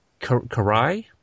Karai